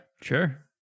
Sure